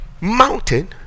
mountain